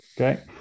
Okay